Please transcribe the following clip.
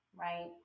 right